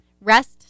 Rest